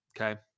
Okay